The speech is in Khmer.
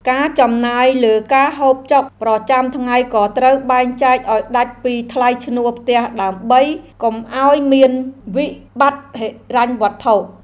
ការចំណាយលើការហូបចុកប្រចាំថ្ងៃក៏ត្រូវបែងចែកឱ្យដាច់ពីថ្លៃឈ្នួលផ្ទះដើម្បីកុំឱ្យមានវិបត្តិហិរញ្ញវត្ថុ។